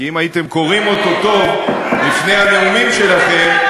כי אם הייתם קוראים אותו טוב לפני הנאומים שלכם,